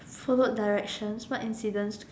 follow directions what incident